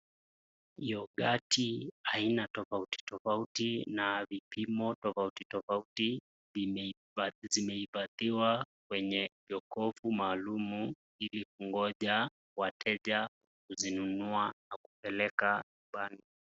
Yoghurti aina tofauti tofauti na vipimo tofauti tofauti zimeifadhiwa kwenye jokofu maalum ili kugonja wateja kuzinunua na kupeleka nyumbani.